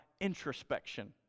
introspection